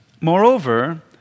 moreover